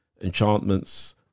enchantments